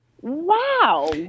wow